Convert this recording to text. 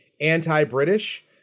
anti-British